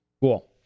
Cool